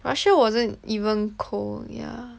Russia wasn't even cold yeah